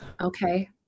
Okay